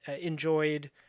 enjoyed